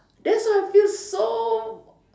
that's how I feel so